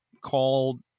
called